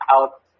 out